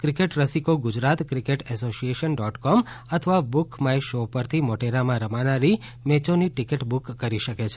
cricket રસિકો Gujarat cricket association dot com અથવા book my show પરથી મોટેરામાં રમાનારી મેચોની ટિકીટ બુક કરી શકે છે